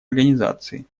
организации